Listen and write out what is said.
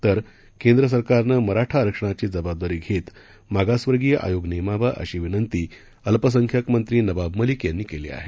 तर केद्र सरकारनं मराठा आरक्षणाची जबाबदारी घेत मागासवर्गीय आयोग नेमावा अशी विनंती अल्पसंख्यांक मंत्री नवाब मलिक यांनी केली आहे